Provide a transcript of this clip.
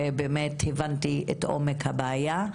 ובאמת הבנתי את עומק הבעיה.